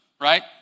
right